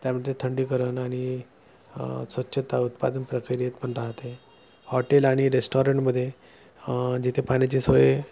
त्यामध्ये थंडीकरण आणि स्वच्छता उत्पादन प्रक्रियेत पण राहते हॉटेल आणि रेस्टॉरंटमध्ये जिथे पाण्याची सोय